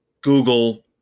Google